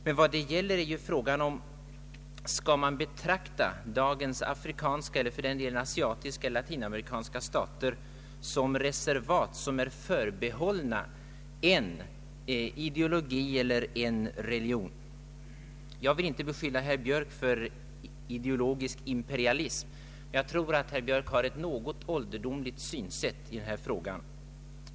Men här gäller det frågan, om man skall betrakta dagens afrikanska eller asiatiska eller latinamerikanska stater som reservat, förbehållna en ideologi eller en religion. Jag vill inte beskylla herr Björk för ideologisk imperialism. Men jag tror att herr Björk har ett något ålderdomligt synsätt i denna fråga.